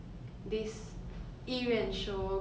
ya actually 如果 genre wise